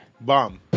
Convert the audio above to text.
Bomb